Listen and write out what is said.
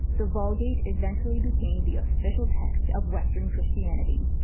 the vulgate eventually became the official text of western christianity.